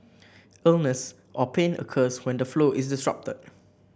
illness or pain occurs when the flow is disrupted